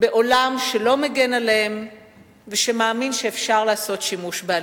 בעולם שלא מגן עליהן ושמאמין שאפשר לעשות שימוש באלימות.